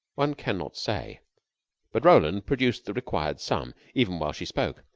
one can not say but roland produced the required sum even while she spoke.